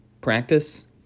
practice